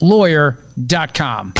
Lawyer.com